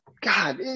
God